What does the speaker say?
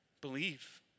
Believe